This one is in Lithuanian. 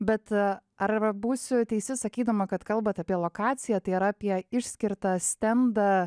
bet ar būsiu teisi sakydama kad kalbat apie lokaciją tai yra apie išskirtą stendą